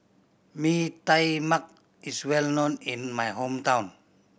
Mee Tai Mak is well known in my hometown